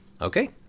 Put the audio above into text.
Okay